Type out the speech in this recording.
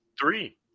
Three